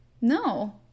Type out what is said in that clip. No